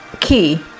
key